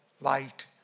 light